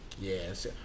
Yes